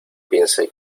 piense